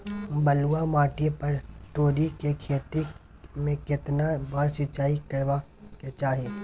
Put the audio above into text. बलुआ माटी पर तोरी के खेती में केतना बार सिंचाई करबा के चाही?